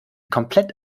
komplett